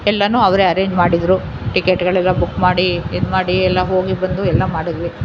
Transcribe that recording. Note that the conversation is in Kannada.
ಎಲ್ಲನೂ ಅವರೆ ಅರೇಂಜ್ ಮಾಡಿದ್ದರು ಟಿಕೆಟ್ಗಳೆಲ್ಲ ಬುಕ್ ಮಾಡಿ ಇದು ಮಾಡಿ ಎಲ್ಲ ಹೋಗಿ ಬಂದು ಎಲ್ಲ ಮಾಡಿದ್ವಿ